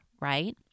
right